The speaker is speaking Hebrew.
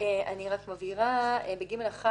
ב-15(ג)(1)